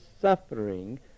suffering